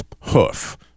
hoof